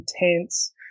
intense